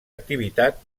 activitat